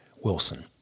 Wilson